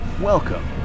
Welcome